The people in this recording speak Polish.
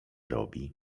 robi